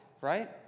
Right